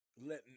letting